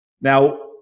Now